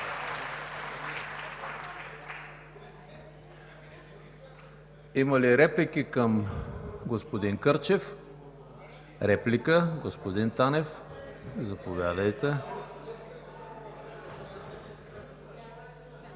Има ли реплики към господин Кърчев? Реплика – господин Танев, заповядайте.